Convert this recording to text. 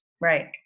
Right